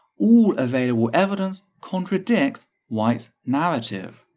all available evidence contradicts white's narrative.